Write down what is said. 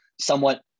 somewhat